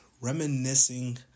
reminiscing